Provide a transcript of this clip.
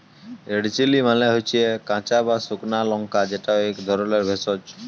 red chilli মালে হচ্যে কাঁচা বা সুকনা লংকা যেট ইক ধরলের ভেষজ